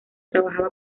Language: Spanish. trabajaba